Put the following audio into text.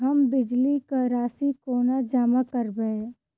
हम बिजली कऽ राशि कोना जमा करबै?